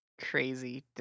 crazy